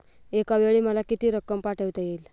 एकावेळी मला किती रक्कम पाठविता येईल?